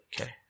Okay